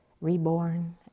reborn